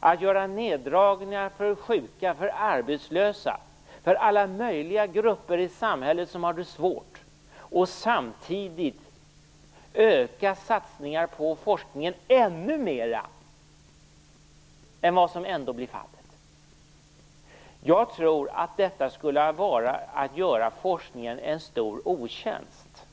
att göra neddragningar för sjuka, för arbetslösa, för alla möjliga grupper i samhället som har det svårt och samtidigt öka satsningarna på forskningen ännu mer än vad som ändå blir fallet? Jag tror att detta skulle vara att göra forskningen en stor otjänst.